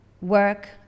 work